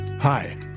Hi